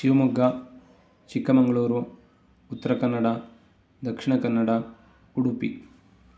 Shivamogga Chikkamagaluru Uttara Kannada Dakshina Kannada Udupi